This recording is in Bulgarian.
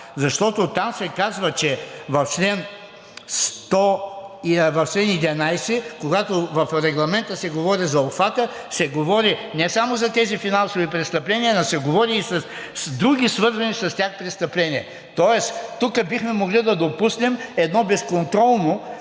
защото там се казва, че в чл. 11, когато в Регламента се говори за обхвата, се говори не само за тези финансови престъпления, но се говори и с други, свързани с тях престъпления. Тоест тук бихме могли да допуснем едно безконтролно